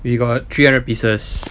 we got three hundred pieces